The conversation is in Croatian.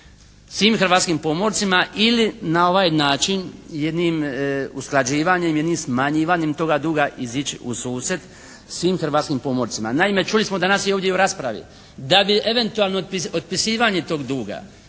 svim hrvatskim pomorcima ili na ovaj način jednim usklađivanjem, jednim smanjivanjem toga duga izići u susret svim hrvatskim pomorcima. Naime čuli smo danas i ovdje u raspravi da bi eventualno otpisivanje tog duga